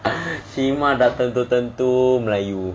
shimah dah tentu-tentu melayu